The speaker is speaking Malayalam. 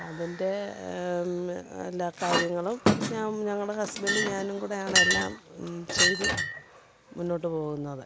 അതിൻ്റെ എല്ലാ കാര്യങ്ങളും ഞങ്ങളുടെ ഹസ്ബൻഡും ഞാനും കൂടെയാണ് എല്ലാം ചെയ്തു മുന്നോട്ടു പോകുന്നത്